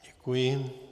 Děkuji.